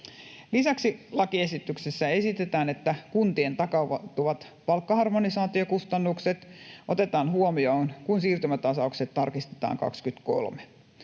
Lisäksi lakiesityksessä esitetään, että kuntien takautuvat palkkaharmonisaatiokustannukset otetaan huomioon, kun siirtymätasaukset tarkistetaan 23.